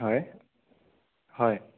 হয় হয়